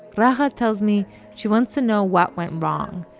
but tells me she wants to know what went wrong.